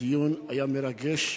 שהדיון היה מרגש,